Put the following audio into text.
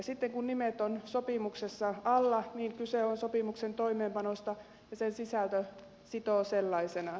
sitten kun nimet ovat sopimuksessa alla kyse on sopimuksen toimeenpanosta ja sen sisältö sitoo sellaisenaan